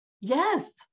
yes